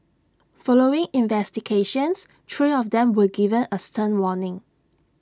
following investigations three of them were given A stern warning